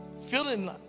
feeling